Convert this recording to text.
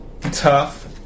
tough